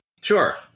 Sure